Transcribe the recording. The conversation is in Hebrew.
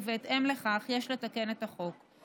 ובהתאם לכך יש לתקן את החוק.